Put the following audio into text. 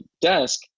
desk